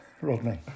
Rodney